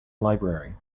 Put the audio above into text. library